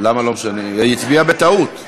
לסעיף האחרון על סדר-היום: